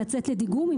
לצאת לדיגום,